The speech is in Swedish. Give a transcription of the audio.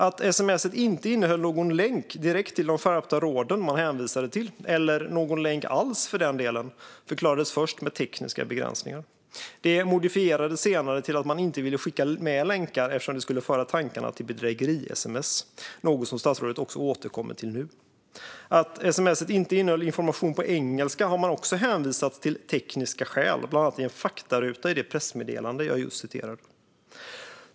Att sms:et inte innehöll någon länk direkt till de skärpta råden man hänvisade till - eller någon länk alls - förklarades först med tekniska begränsningar. Det modifierades senare till att man inte ville skicka med länkar eftersom det skulle föra tankarna till bedrägeri-sms, något som statsrådet återkom till nu. Att sms:et inte innehöll information på engelska har man också hänfört till tekniska skäl, bland annat i en faktaruta i det pressmeddelande som jag just citerade ur.